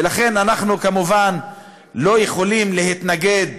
ולכן, אנחנו כמובן לא יכולים להתנגד